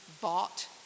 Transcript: bought